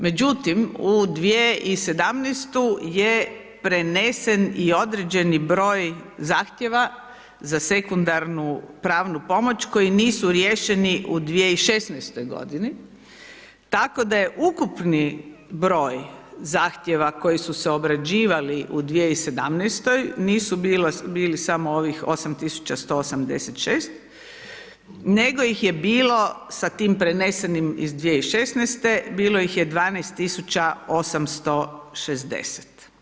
Međutim, u 2017. je prenesen i određeni broj zahtjeva za sekundarnu pravnu pomoć koji nisu riješeni u 2016. g. tako da je ukupni broj zahtjeva koji su se obrađivali u 2017. nisu bili samo ovih 8168 nego ih je bilo sa tim prenesenim iz 2016. bilo ih je 12860.